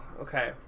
okay